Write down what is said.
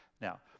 Now